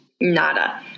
nada